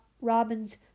Robin's